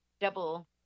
double